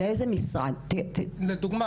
זאת אומרת זה לא האבטלה שאתם מכירים